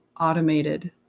automated